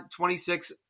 26